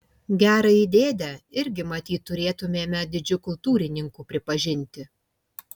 gerąjį dėdę irgi matyt turėtumėme didžiu kultūrininku pripažinti